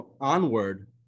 onward